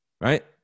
right